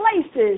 places